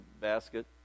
basket